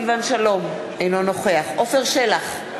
אינו נוכח עפר שלח,